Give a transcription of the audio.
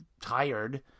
tired